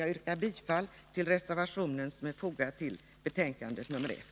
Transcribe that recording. Jag yrkar bifall till reservationen som är fogad till betänkande nr 1.